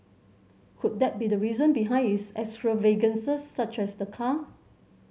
could that be the reason behind his extravagances such as the car